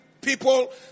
people